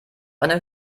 eine